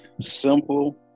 Simple